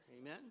amen